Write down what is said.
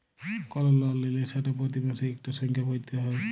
call লল লিলে সেট পতি মাসে ইকটা সংখ্যা ভ্যইরতে হ্যয়